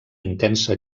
intensa